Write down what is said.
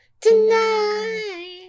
tonight